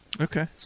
Okay